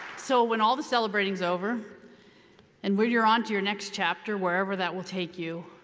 so when all the celebrating's over and when you're on to your next chapter, wherever that will take you,